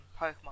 Pokemon